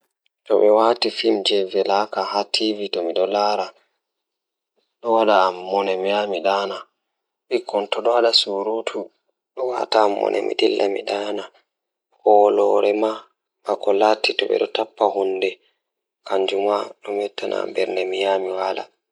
Ko ɗiɗi waɗi miɗo waɗa heɓɓude njiddaade fiyaangu ngal, Misal ko yaasi ɗiɗi ɗum njiddaade fowru ko wi’ete njangol ngam waɗa ngal e ɗiɗi goɗɗo ngal.